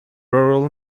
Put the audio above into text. rural